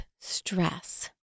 Stress